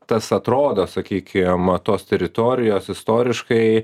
tas atrodo sakykim tos teritorijos istoriškai